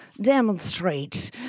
demonstrate